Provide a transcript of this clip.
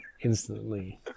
instantly